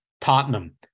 Tottenham